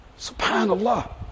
Subhanallah